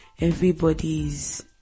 Everybody's